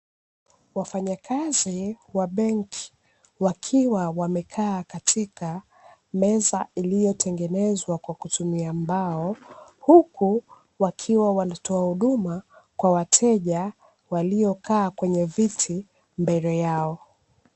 Wafanyakazi wa benki wakiwa wamekaa katika meza iliyotengenezwa kwa kutumia mbao huku wakiwa wanatoa huduma kwa wateja waliokaa kwenye viti mbele yao.